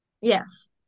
Yes